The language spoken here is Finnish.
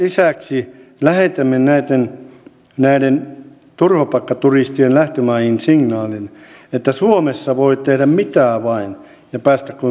lisäksi lähetämme näiden turvapaikkaturistien lähtömaihin signaalin että suomessa voit tehdä mitä vain ja päästä kuin koira veräjästä